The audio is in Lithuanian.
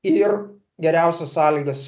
ir geriausias sąlygas